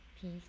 Peace